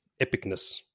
epicness